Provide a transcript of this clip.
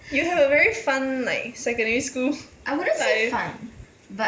you'll have a very fun like secondary school like